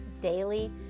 daily